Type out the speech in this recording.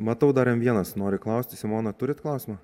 matau dar m vienas nori klausti simona turit klausimą